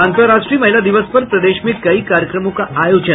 अंतर्राष्ट्रीय महिला दिवस पर प्रदेश में कई कार्यक्रमों का आयोजन